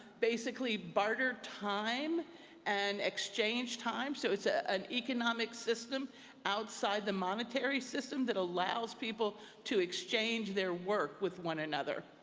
basically, barter time and exchange time. so it's ah an economic system outside the monetary system that allows people to exchange their work with one another.